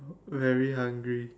very hungry